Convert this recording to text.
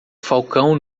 falcão